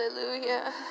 Hallelujah